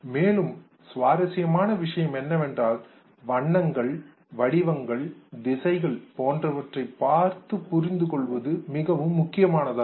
மேலும் சுவாரசியமான விஷயம் என்னவென்றால் வண்ணங்கள் வடிவங்கள் திசைகள் போன்றவற்றை பார்த்து புரிந்து கொள்வது மிகவும் முக்கியமானதாகும்